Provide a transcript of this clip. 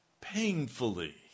painfully